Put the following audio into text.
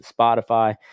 spotify